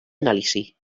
anàlisi